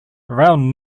around